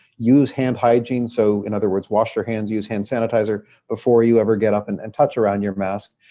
use hand hygiene. so in other words, wash your hands, use hand sanitizer before you ever get up and and touch around your mask.